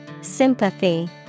Sympathy